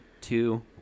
two